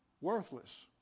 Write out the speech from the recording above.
worthless